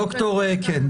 כן.